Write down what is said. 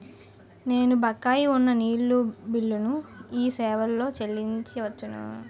నేను బకాయి ఉన్న నీళ్ళ బిల్లును ఈ సేవాలో చెల్లించి వచ్చాను